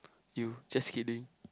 you just kidding